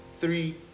Three